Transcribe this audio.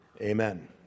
Amen